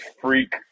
freak